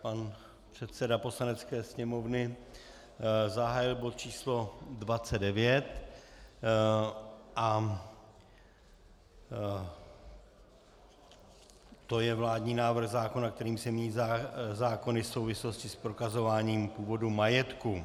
Pan předseda Poslanecké sněmovny zahájil bod číslo 29, to je vládní návrh zákona, kterým se mění zákony v souvislosti s prokazováním původu majetku.